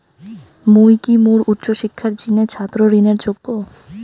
মুই কি মোর উচ্চ শিক্ষার জিনে ছাত্র ঋণের যোগ্য?